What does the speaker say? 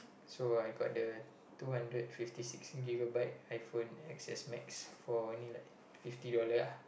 so I got the two hundred fifty six gigabyte iPhone x_s max for only like fifty dollar ah